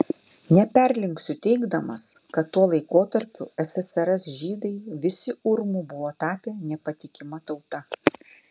neperlenksiu teigdamas kad tuo laikotarpiu ssrs žydai visi urmu buvo tapę nepatikima tauta